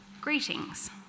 greetings